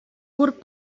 curt